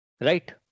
Right